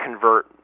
convert